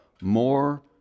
more